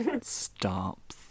stop